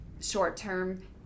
short-term